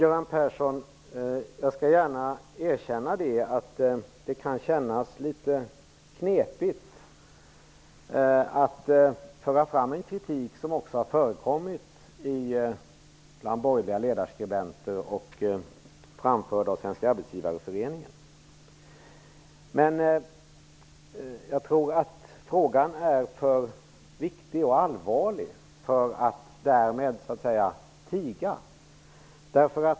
Fru talman! Jag skall gärna erkänna att det kan kännas litet knepigt att föra fram en kritik som också har framförts av borgerliga ledarskribenter och Svenska Arbetsgivareföreningen. Men frågan är för viktig och allvarlig för att man skall tiga.